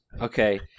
okay